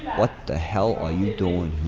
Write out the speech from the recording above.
what the hell are you doing